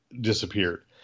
disappeared